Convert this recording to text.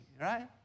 right